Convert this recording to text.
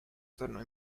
tornò